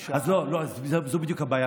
תן לי לסיים.